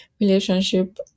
relationship